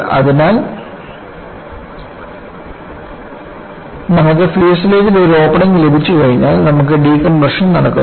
അതിനാൽ നമുക്ക് ഫ്യൂസ്ലേജിൽ ഒരു ഓപ്പണിംഗ് ലഭിച്ചുകഴിഞ്ഞാൽ നമുക്ക് ഡീകംപ്രഷൻ നടക്കുന്നു